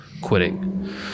quitting